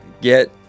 get